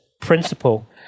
principle